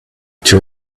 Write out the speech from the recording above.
two